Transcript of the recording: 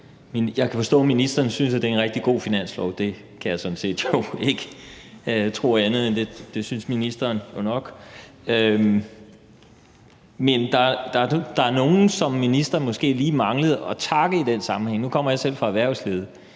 jeg kan forstå, at ministeren synes, at det er en rigtig god finanslov, og jeg kan jo ikke tro andet, end at det synes ministeren jo nok. Men der er nogle, som ministeren måske lige mangler at takke i den sammenhæng. Nu kommer jeg selv fra erhvervslivet,